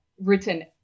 written